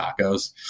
tacos